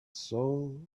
soul